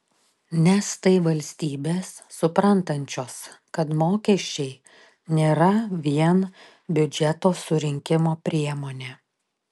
nes tai valstybės suprantančios kad mokesčiai nėra vien biudžeto surinkimo priemonė